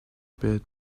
bit